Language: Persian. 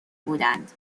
بودند